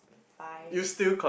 five